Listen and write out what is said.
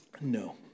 No